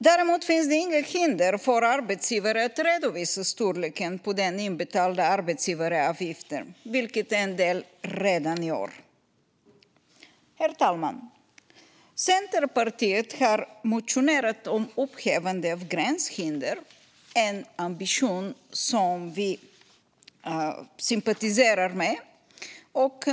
Däremot finns det inga hinder för arbetsgivare att redovisa storleken på den inbetalda arbetsgivaravgiften, vilket en del redan gör. Herr talman! Centerpartiet har motionerat om upphävande av gränshinder, en ambition som vi sympatiserar med.